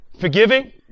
Forgiving